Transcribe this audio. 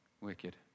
wicked